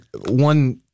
one